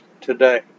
today